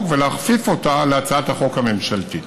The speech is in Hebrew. ולהכפיף אותה להצעת החוק הממשלתית.